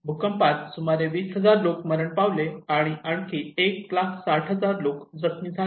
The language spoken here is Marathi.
भूकंपात सुमारे 20000 लोक मरण पावले आणि आणखी 160000 लोक जखमी झाले